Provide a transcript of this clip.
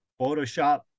Photoshop